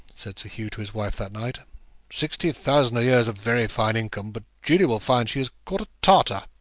said sir hugh to his wife that night sixty thousand a year is a very fine income, but julia will find she has caught a tartar.